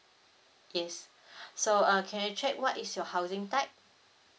yes so uh can I check what is your housing type